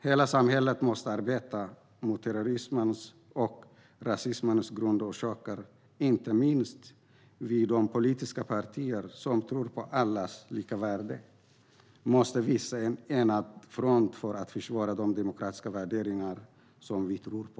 Hela samhället måste arbeta mot terrorismens och rasismens grundorsaker. Inte minst måste vi i de politiska partier som tror på allas lika värde visa en enad front för att försvara de demokratiska värderingar som vi tror på.